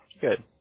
Good